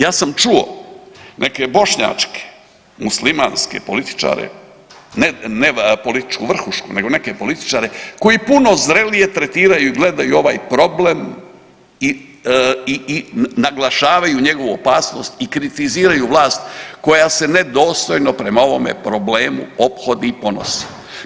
Ja sam čuo neke bošnjačke, muslimanske političare ne političku vrhušku nego neke političare koji puno zrelije tretiraju i gledaju ovaj problem i naglašavaju njegovu opasnost i kritiziraju vlast koja se nedostojno prema ovome problemu ophodi i ponosi.